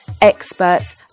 experts